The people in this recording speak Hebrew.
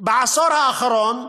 בעשור האחרון,